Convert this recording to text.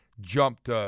jumped